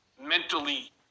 mentally